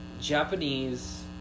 Japanese